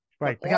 Right